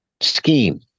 scheme